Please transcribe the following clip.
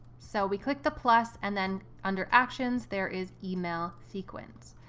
so we click the plus. and then under actions, there is email sequence.